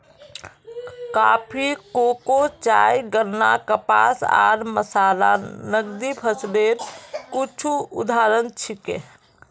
coffee, cocoa, चाय, गन्ना, कपास आर मसाला नकदी फसलेर कुछू उदाहरण छिके